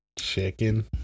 Chicken